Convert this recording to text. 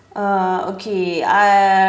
uh okay uh